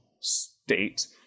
state